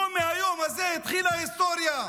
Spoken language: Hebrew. לא מהיום הזה התחילה ההיסטוריה.